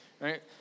right